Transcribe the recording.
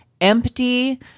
empty